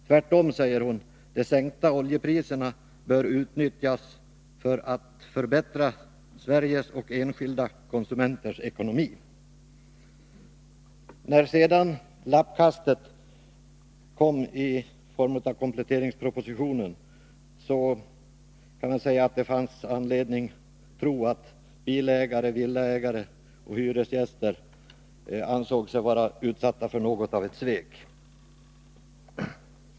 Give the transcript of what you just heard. Tvärtom, säger hon, bör de sänkta oljepriserna utnyttjas för att förbättra Sveriges och enskilda konsumenters ekonomi. När sedan lappkastet kom i kompletteringspropositionen kan man tänka sig att villaägare, bilägare och hyresgäster ansåg sig vara svikna.